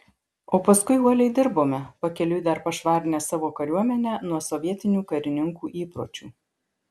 o paskui uoliai dirbome pakeliui dar pašvarinę savo kariuomenę nuo sovietinių karininkų įpročių